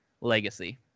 legacy